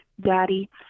daddy